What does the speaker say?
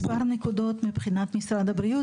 מספר נקודות מבחינת משרד הבריאות,